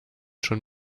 schon